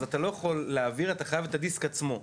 אתה לא יכול להעביר אתה חייב את הדיסק עצמו.